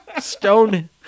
stone